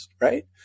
right